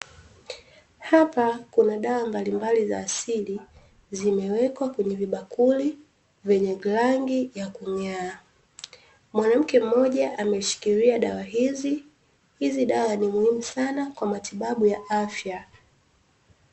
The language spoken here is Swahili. Hapa kuna dawa mbalimbali za asili zimewekwa kwenye vibakuli vyenye rangi ya kung'aa. Mwanamke mmoja ameshikilia dawa hizi, hizi dawa ni muhimu sana kwa matibabu ya afya.